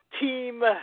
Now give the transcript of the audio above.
Team